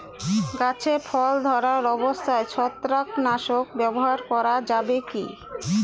গাছে ফল ধরা অবস্থায় ছত্রাকনাশক ব্যবহার করা যাবে কী?